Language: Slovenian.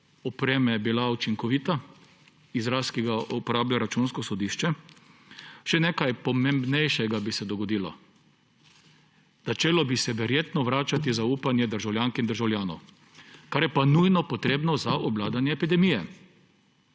opreme bila učinkovita – izraz, ki ga uporablja Računsko sodišče – še nekaj pomembnejšega bi se dogodilo. Verjetno bi se začelo vračati zaupanje državljank in državljanov, kar je pa nujno potrebno za obvladanje epidemije.